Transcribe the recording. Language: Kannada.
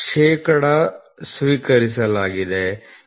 10 ಶೇಕಡಾ ಸ್ವೀಕರಿಸಲಾಗಿದೆ 0